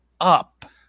up